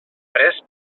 pres